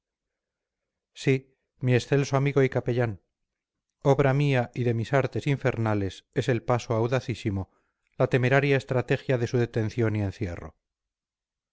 sí mi excelso amigo y capellán obra mía y de mis artes infernales es el paso audacísimo la temeraria estrategia de su detención y encierro